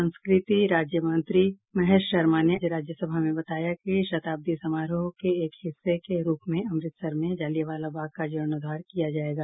संस्कृति राज्यमंत्री महेश शर्मा ने राज्यसभा में बताया कि शताब्दी समारोह के एक हिस्से के रूप में अमृतसर में जलियांवाला बाग का जीर्णोद्वार किया जाएगा